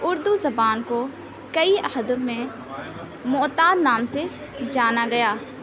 اُردو زبان کو کئی عہدوں میں معتاد نام سے جانا گیا